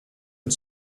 und